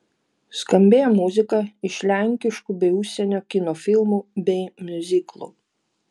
skambėjo muzika iš lenkiškų bei užsienio kino filmų bei miuziklų